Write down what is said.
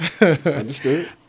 Understood